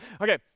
Okay